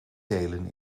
telen